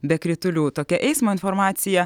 be kritulių tokia eismo informacija